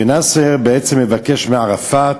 ונאסר בעצם מבקש מערפאת